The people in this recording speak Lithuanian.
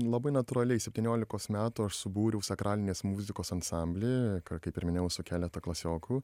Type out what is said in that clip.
labai natūraliai septyniolikos metų aš subūriau sakralinės muzikos ansamblį kur kaip ir minėjau su keleta klasiokų